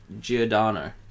Giordano